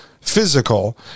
physical